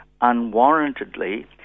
unwarrantedly